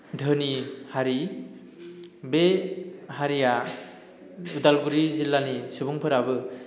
धोनि हारि बे हारिया उदालगुरि जिल्लानि सुबुंफोराबो